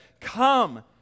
come